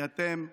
כי אתם שיקרתם,